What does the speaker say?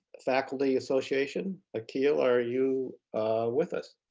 faculty association. akil, are you with us?